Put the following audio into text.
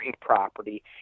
property